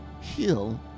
heal